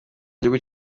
gihugu